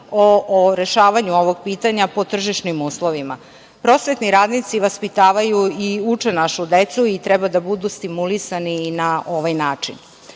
o rešavanju ovog pitanja po tržišnim uslovima. Prosvetni radnici vaspitavaju i uče našu decu i treba da budu stimulisani i na ovaj način. Tu